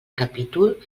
capítol